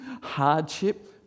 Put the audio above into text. hardship